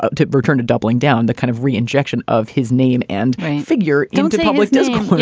ah to overturn a doubling down that kind of re injection of his name and figure into public discourse.